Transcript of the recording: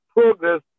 progress